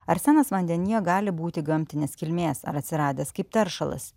arsenas vandenyje gali būti gamtinės kilmės ar atsiradęs kaip teršalas